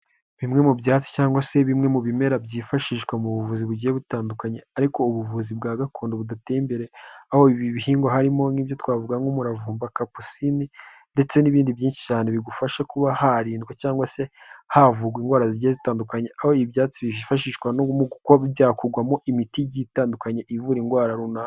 Bimwe mu byatsi cyangwa se bimwe mu bimera byifashishwa mu buvuzi bugiye butandukanye ariko ubuvuzi bwa gakondo budatembere aho ibi bihingwa harimo nk'ibyo twavuga nk'umuravumba kapsinine ndetse n'ibindi byinshi cyane bigufasha kuba harindwa cyangwa se havugwa indwara zigiye zitandukanye, aho ibi byatsi byifashishwa byakugwamo imiti itandukanye ivura indwara runaka.